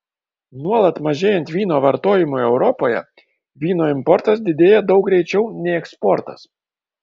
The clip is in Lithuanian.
nuolat mažėjant vyno vartojimui europoje vyno importas didėja daug greičiau nei eksportas